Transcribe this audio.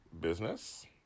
business